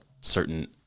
certain